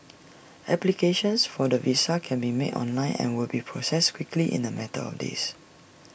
applications for the visa can be made online and will be processed quickly in A matter of days